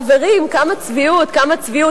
חברים, כמה צביעות, כמה צביעות.